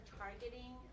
targeting